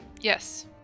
Yes